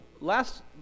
last